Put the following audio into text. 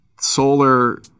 solar